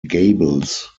gables